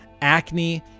acne